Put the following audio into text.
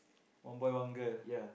one boy one girl